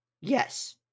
Yes